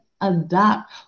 adopt